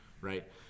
right